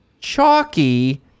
chalky